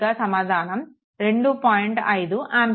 5 ఆంపియర్లు